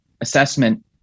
assessment